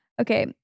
Okay